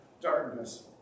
darkness